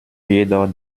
jedoch